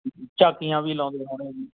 ਝਾਕੀਆਂ ਵੀ ਲਾਉਂਦੇ ਹੋਣੇ ਜੀ